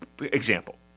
example